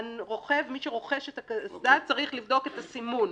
מי שרוכש את הקסדה, צריך לבדוק את הסימון